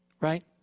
Right